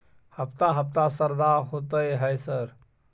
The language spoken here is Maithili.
हफ्ता हफ्ता शरदा होतय है सर?